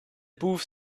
booth